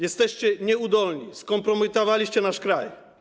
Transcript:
Jesteście nieudolni, skompromitowaliście nasz kraj.